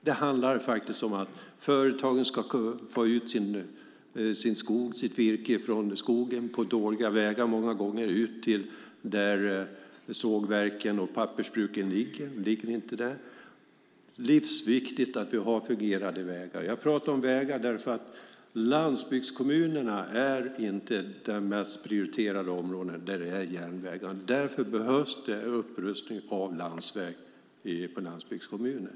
Det handlar faktiskt om att företagen ska kunna få ut sitt virke från skogen, många gånger på dåliga vägar, till sågverken och pappersbruken som inte ligger vid avverkningsplatsen. Det är livsviktigt att vi har fungerande vägar. Jag pratar om vägar därför att landsbygdskommunerna inte är de mest prioriterade områdena när det gäller järnvägar. Därför behövs det upprustning av landsväg i landsbygdskommunerna.